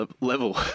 level